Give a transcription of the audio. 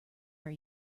are